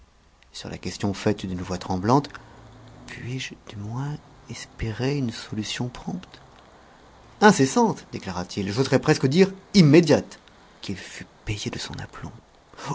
sur la question faite d'une voix tremblante puis-je du moins espérer une solution prompte incessante déclara-t-il j'oserai presque dire immédiate qu'il fut payé de son aplomb